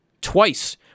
twice